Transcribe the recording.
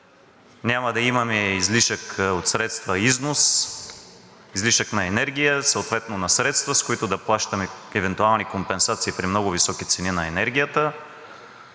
Няма да имаме излишък на средства от износ, излишък на енергия, съответно на средства, с които да плащаме евентуални компенсации при много високи цени на енергията.